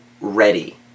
ready